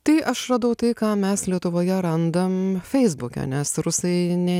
tai aš radau tai ką mes lietuvoje randam feisbuke nes rusai ne